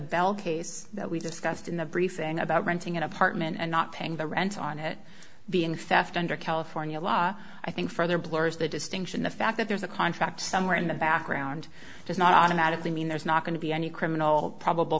bell case that we discussed in the briefing about renting an apartment and not paying the rent on it being theft under california law i think further blurs the distinction the fact that there's a contract somewhere in the background does not automatically mean there's not going to be any criminal probable